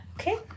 Okay